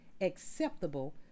acceptable